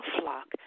flock